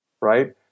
right